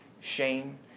shame